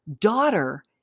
daughter